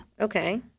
Okay